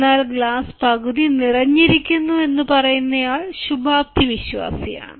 എന്നാൽ ഗ്ലാസ് പകുതി നിറഞ്ഞിരിക്കുന്നു എന്നു പറയുന്ന ആൾ ശുഭാപ്തിവിശ്വാസിയാണ്